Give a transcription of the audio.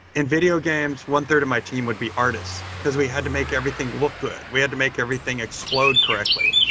in video games, one-third of my team would be artists, because we had to make everything look good. we had to make everything explode correctly.